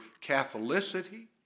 Catholicity